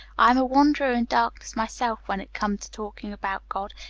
i am a wanderer in darkness myself, when it come to talking about god,